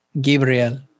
Gabriel